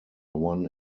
one